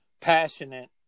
passionate